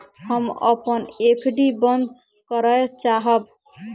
हम अपन एफ.डी बंद करय चाहब